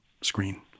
screen